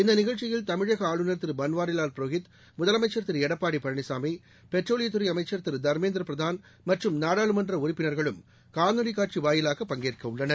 இந்த நிகழ்ச்சியில் தமிழக ஆளுநர் திரு பன்வாரிலால் புரோஹித் முதலமைச்சர் திரு எடப்பாடி பழனிசாமி பெட்ரோலியத்துறை அமைச்சர் திரு தர்மேந்திர பிரதான் மற்றும் நாடாளுமன்ற உறுப்பினர்களும் காணொலி காட்சி வாயிலாக பங்கேற்க உள்ளனர்